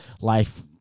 life